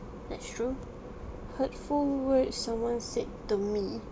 that's true hurtful word someone said to me